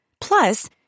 Plus